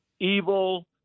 evil